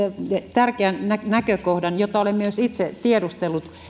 tärkeän näkökohdan jota olen myös itse tiedustellut